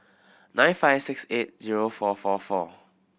nine five six eight zero four four four